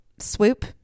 Swoop